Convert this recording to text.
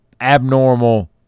abnormal